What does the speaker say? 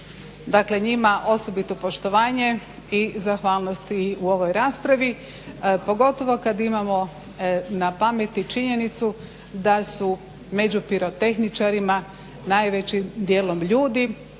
Dakle njima osobito poštovanje i zahvalnost i u ovoj raspravi, pogotovo kad imamo na pameti činjenicu da su među pirotehničarima najveći dijelom ljudi